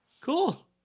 Cool